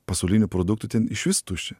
pasaulinių produktų ten išvis tuščia